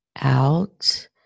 out